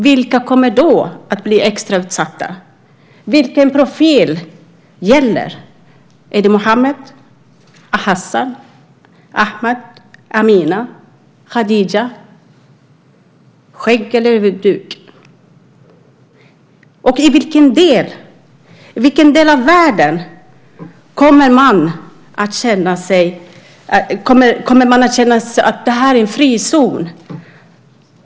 Är det Muhammad, Hassan, Ahmad, Amina eller Khadija? Vilken profil gäller? Är det skägg och huvudduk? I vilken del av världen kommer man att kunna känna att där finns en frizon?